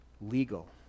Legal